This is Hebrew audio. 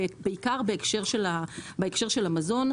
בעיקר בהקשר של המזון.